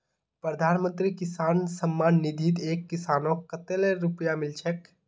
प्रधानमंत्री किसान सम्मान निधित एक किसानक कतेल रुपया मिल छेक